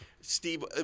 Steve